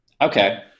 Okay